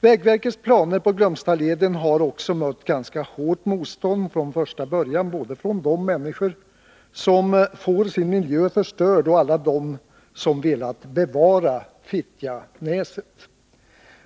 Vägverkets planer beträffande Glömstaleden har också mött ganska hårt motstånd från första början, både från de människor som får sin miljö förstörd och från alla dem som velat bevara Fittjanäset.